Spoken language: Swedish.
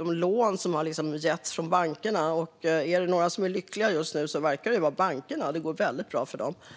de lån som har getts av bankerna. Är det några som är lyckliga just nu verkar det ju vara bankerna. Det går väldigt bra för dem.